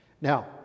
Now